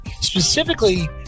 specifically